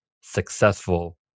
successful